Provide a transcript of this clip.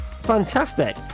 Fantastic